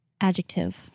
Adjective